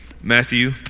Matthew